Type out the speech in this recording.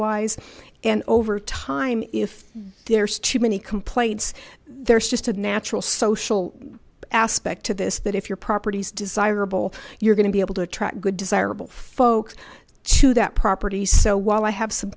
wise and overtime if there's too many complaints there's just a natural social aspect to this that if your property's desirable you're going to be able to attract good desirable folks to that property so while i have some